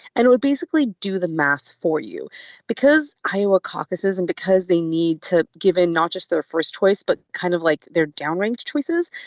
and it would basically do the math for you because iowa caucuses and because they need to given not just their first choice, but kind of like they're downrange choices.